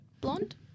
blonde